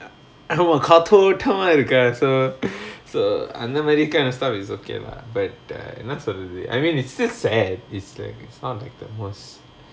ஆமா காத்தோட்டமா இருக்கா:aamaa kathotamaa irukaa so so அந்த மாரி:antha maari kind of stuff is okay lah but என்னா சொல்றது:ennaa solrathu I mean it's just sad it's like it's not like the most